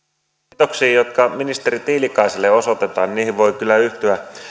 kiitoksiin jotka ministeri tiilikaiselle osoitetaan voi kyllä yhtyä